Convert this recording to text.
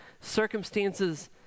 circumstances